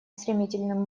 стремительным